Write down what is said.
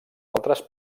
altres